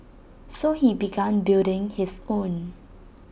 so he began building his own